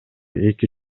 эки